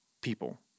people